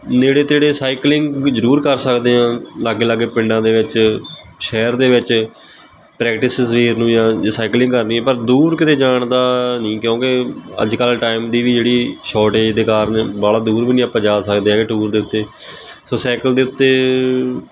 ਨੇੜੇ ਤੇੜੇ ਸਾਈਕਲਿੰਗ ਕਿਉਂਕਿ ਜ਼ਰੂਰ ਕਰ ਸਕਦੇ ਹਾਂ ਲਾਗੇ ਲਾਗੇ ਪਿੰਡਾਂ ਦੇ ਵਿੱਚ ਸ਼ਹਿਰ ਦੇ ਵਿੱਚ ਪ੍ਰੈਕਟਿਸ ਸਵੇਰ ਨੂੰ ਜਾਂ ਜੇ ਸਾਈਕਲਿੰਗ ਕਰਨੀ ਆ ਪਰ ਦੂਰ ਕਿਤੇ ਜਾਣ ਦਾ ਨਹੀਂ ਕਿਉਂਕਿ ਅੱਜ ਕੱਲ੍ਹ ਟਾਈਮ ਦੀ ਵੀ ਜਿਹੜੀ ਸ਼ੋਰਟਏਜ ਦੇ ਕਾਰਨ ਬਾਹਲਾ ਦੂਰ ਵੀ ਨਹੀਂ ਆਪਾਂ ਜਾ ਸਕਦੇ ਹੈਗੇ ਟੂਰ ਦੇ ਉੱਤੇ ਸੋ ਸਾਈਕਲ ਦੇ ਉੱਤੇ